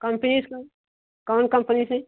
company से कौन कौन कंपनी से